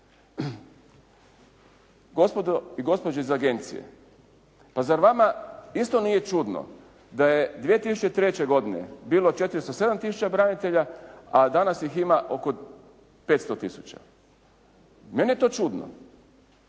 Gospodo i gospođe iz agencije, pa zar vama isto nije čudno da je 2003. godine bilo 407 tisuća branitelja, a danas ih ima oko 500 tisuća. Meni je to čudno,